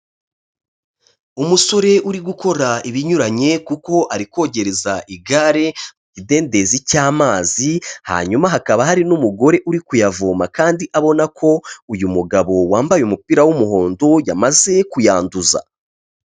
Umusore uri gukora ibinyuranye kuko ari kogereza igare mu kidendezi cy'amazi, hanyuma hakaba hari n'umugore uri kuyavoma kandi abona ko uyu mugabo wambaye umupira w'umuhondo yamaze kuyanduza.